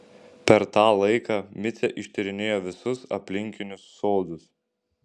per tą laiką micė ištyrinėjo visus aplinkinius sodus